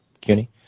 CUNY